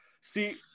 See